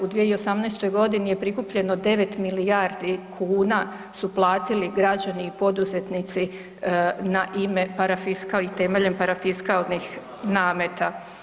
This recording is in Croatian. U 2018. godini je prikupljeno 9 milijardi kuna su platili građani i poduzetnici na ime parafiska i temeljem parafiskalnih nameta.